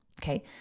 Okay